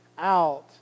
out